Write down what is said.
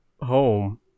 home